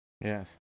Yes